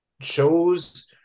shows